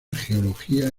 geología